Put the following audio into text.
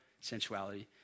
sensuality